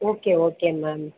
okay okay ma'am